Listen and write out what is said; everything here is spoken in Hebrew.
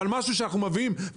אבל את מה שאנחנו מביאים להם,